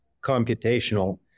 computational